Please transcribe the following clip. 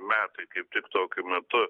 metai kaip tik tokiu metu